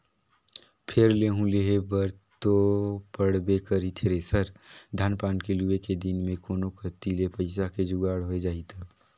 फेर लेहूं लेहे बर तो पड़बे करही थेरेसर, धान पान के लुए के दिन मे कोनो कति ले पइसा के जुगाड़ होए जाही त